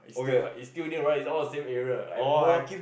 it's still quite its still there right its all the same area I'm more